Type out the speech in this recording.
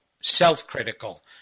self-critical